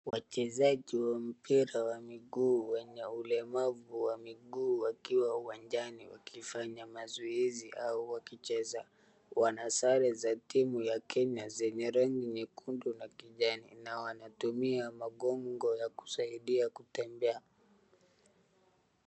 Wachezaji wa mpira wa miguu wenye ulemavu wa miguu wakiwa uwanjani wakifanya mazoezi au wakicheza, wana sare za timu ya Kenya zenye rangi nyekundu na kijani na wanatumia magongo ya kusaidia kutembea.